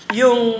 yung